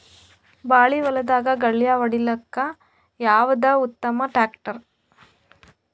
ಬಾಳಿ ಹೊಲದಾಗ ಗಳ್ಯಾ ಹೊಡಿಲಾಕ್ಕ ಯಾವದ ಉತ್ತಮ ಟ್ಯಾಕ್ಟರ್?